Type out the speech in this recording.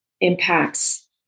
impacts